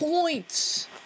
points